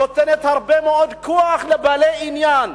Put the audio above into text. נותנת הרבה מאוד כוח לבעלי עניין,